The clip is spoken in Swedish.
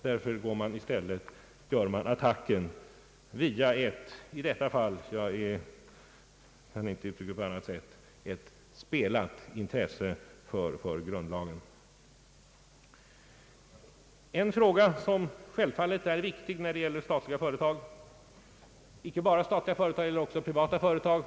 Därför gör man attacken i detta fall via ett spelat intresse för grundlagen — jag kan inte uttrycka det på annat sätt. En fråga som självfallet är viktig gäller insynen i såväl statliga som privata bolag.